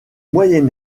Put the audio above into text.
moyen